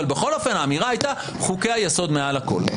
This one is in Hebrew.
אבל בכל אופן, האמירה הייתה: חוקי היסוד מעל הכול.